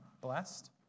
Blessed